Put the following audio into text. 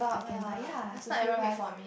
can buy ya sushi rice